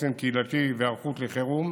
חוסן קהילתי והיערכות לחירום.